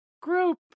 group